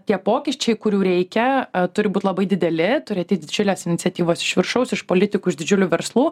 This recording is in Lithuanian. tie pokyčiai kurių reikia turi būt labai dideli turėti didžiulės iniciatyvos iš viršaus iš politikų iš didžiulių verslų